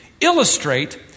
illustrate